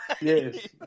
Yes